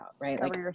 right